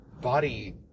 body